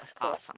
awesome